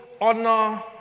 honor